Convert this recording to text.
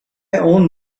own